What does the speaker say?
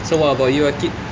so what about you akid